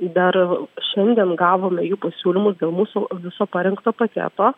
dar šiandien gavome jų pasiūlymus dėl mūsų viso parengto paketo